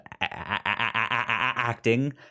acting